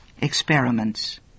experiments